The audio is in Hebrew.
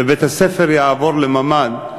ובית-הספר יעבור לממ"ד,